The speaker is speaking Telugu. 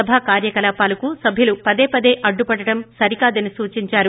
సభా కార్యకలాపాలకు సభ్యులు పదే పదే అడ్లుపడటం సరికాదని సూచించారు